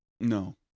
No